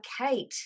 Kate